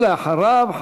אחריו,